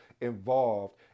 involved